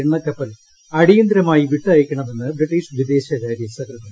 എണ്ണക്കപ്പൽ അടിയന്തിരമായി വിട്ടയയ്ക്കണമെന്ന് ബ്രിട്ടീഷ് വിദേശകാര്യ സെക്രട്ടറി